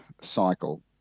cycle